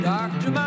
Doctor